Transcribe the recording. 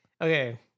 Okay